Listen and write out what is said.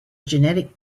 genetic